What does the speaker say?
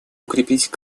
укрепить